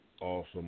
Awesome